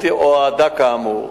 2. האם מובטח למתלונן שפנייתו תטופל גם